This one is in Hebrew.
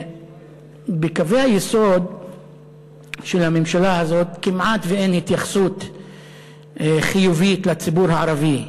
בקווי היסוד של הממשלה הזאת כמעט אין התייחסות חיובית לציבור הערבי,